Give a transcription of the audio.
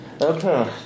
okay